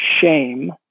shame